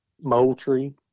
Moultrie